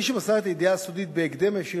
מי שמסר את הידיעה הסודית בהקדם האפשרי